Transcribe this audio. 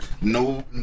no